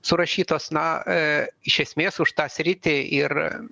surašytos na iš esmės už tą sritį ir